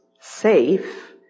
safe